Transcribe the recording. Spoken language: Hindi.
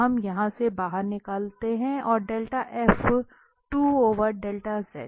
तो हम यहाँ से बाहर निकलते हैं delta F 2 over delta Z